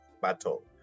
battle